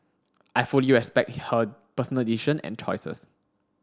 I fully respect her personal decision and choices